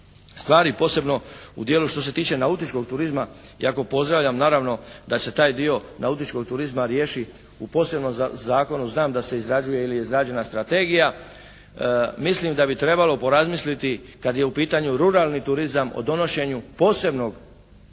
stvari, posebno u dijelu što se tiče nautičkog turizma, iako pozdravljam naravno da se taj dio nautičkog turizma riješi u posebno zakonom, znam da se izrađuje ili je izrađena strategija, mislim da bi trebalo porazmisliti kad je u pitanju ruralni turizam o donošenju posebnog Zakona